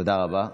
תודה רבה.